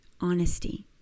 honesty